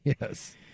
Yes